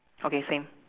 okay same